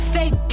Fake